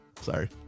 sorry